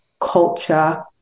culture